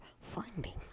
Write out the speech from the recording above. finding